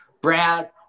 Brad